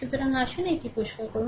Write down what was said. সুতরাং আসুন এটি পরিষ্কার করুন